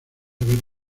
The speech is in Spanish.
haber